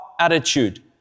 attitude